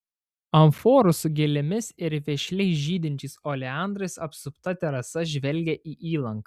amforų su gėlėmis ir vešliai žydinčiais oleandrais apsupta terasa žvelgė į įlanką